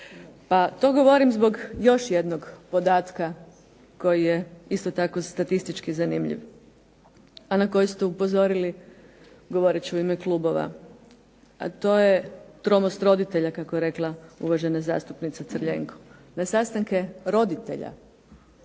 to govorim zbog još jednog podatka koji je isto tako statistički zanimljiv, a na koji ste upozorili govoreći u ime klubova. A to je tromost roditelja, kako je rekla uvažena zastupnica Crljenko. Na sastanke roditelja,